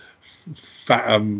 fat